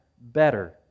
better